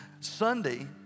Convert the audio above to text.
Sunday